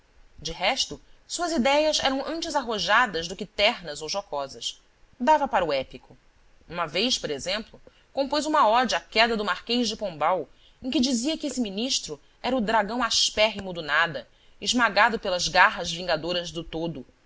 de resto suas idéias eram antes arrojadas do que ternas ou jocosas dava para o épico uma vez por exemplo compôs uma ode à queda do marquês de pombal em que dizia que esse ministro era o dragão aspérrimo do nada esmagado pelas garras vingadoras do todo